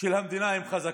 של המדינה הם חזקים.